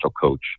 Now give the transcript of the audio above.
coach